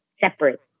separate